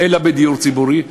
אלא בדיור ציבורי?